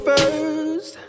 First